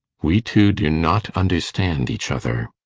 we two do not understand each other.